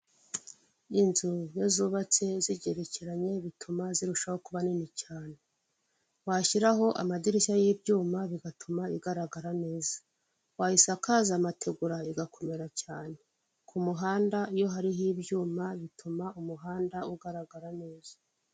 Inzu iyo zubatse zigerekeranye bituma zirushaho kuba nini cyane, washyiraho amadirishya y'ibyuma bigatuma bigaragara neza wayisakaza amategura igakomera cyane, ku muhanda iyo hariho ibyuma bituma umuhanda ugaragara neza.